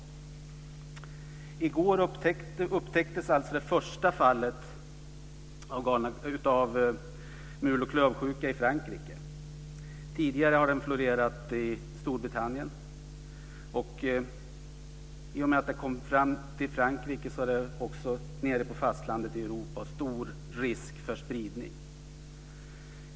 I går upptäcktes det första fallet av mul och klövsjukan i Frankrike. Tidigare har den florerat i Storbritannien. I och med att den kom till Frankrike är det stor risk för spridning även på det övriga europeiska fastlandet.